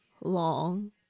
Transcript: long